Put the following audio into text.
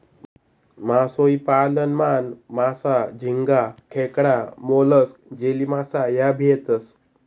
मासोई पालन मान, मासा, झिंगा, खेकडा, मोलस्क, जेलीमासा ह्या भी येतेस